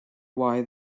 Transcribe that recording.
why